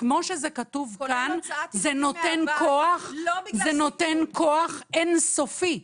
כמו שזה כתוב כאן, זה נותן כוח אין סופי,